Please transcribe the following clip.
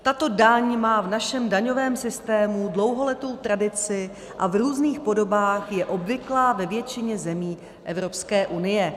Tato daň má v našem daňovém systému dlouholetou tradici a v různých podobách je obvyklá ve většině zemí Evropské unie.